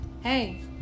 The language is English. hey